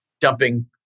dumping